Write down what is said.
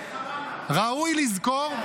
ראוי לזכור,